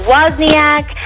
Wozniak